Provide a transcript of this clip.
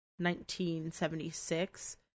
1976